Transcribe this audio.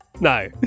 No